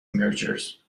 mergers